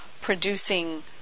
producing